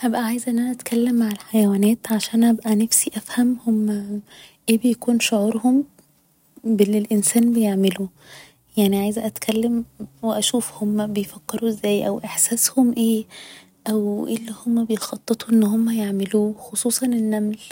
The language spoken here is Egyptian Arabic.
هبقى عايزة ان أنا اتكلم مع الحيوانات عشان أبقى نفسي افهم هما ايه بيكون شعورهم ب اللي الإنسان بيعمله يعني عايزة اتكلم و أشوف هما بيفكروا ازاي او احساسهم ايه او ايه اللي هما بيخططوا ان هما يعملوه خصوصا النمل